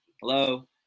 Hello